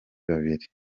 babiri